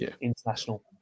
international